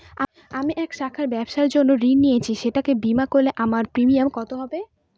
আমি এই শাখায় ব্যবসার জন্য ঋণ নিয়েছি সেটাকে বিমা করলে আমার প্রিমিয়াম কত হবে?